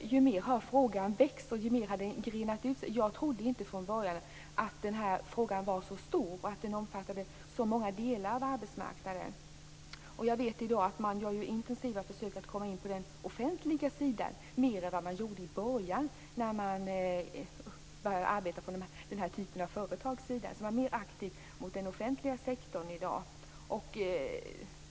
desto mer har frågan växt och desto mer har den grenat ut sig. Jag trodde inte från början att den här frågan var så stor och omfattade så många delar av arbetsmarknaden. Jag vet att man i dag gör intensiva försök att komma in på den offentliga sidan, mer än vad man gjorde i början då den här typen av företag började arbeta. Man är mer aktiv mot den offentliga sektorn i dag.